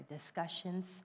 discussions